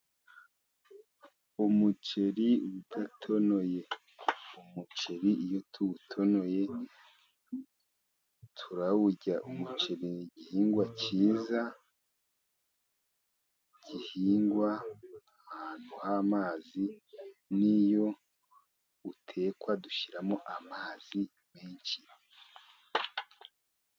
Umuceri udatonoye, umuceri iyo tuwutonoye turawurya, umuceri ni igihingwa cyiza gihingwa ahantu h'amazi, n'iyo utekwa dushyiramo amazi menshi.